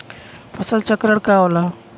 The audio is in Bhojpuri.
फसल चक्रण का होला?